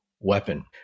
weapon